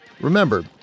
Remember